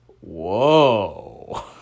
whoa